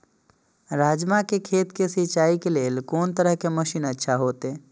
राजमा के खेत के सिंचाई के लेल कोन तरह के मशीन अच्छा होते?